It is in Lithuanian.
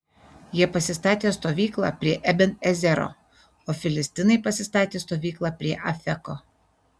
jie pasistatė stovyklą prie eben ezero o filistinai pasistatė stovyklą prie afeko